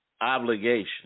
obligation